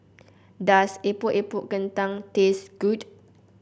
does Epok Epok Kentang taste good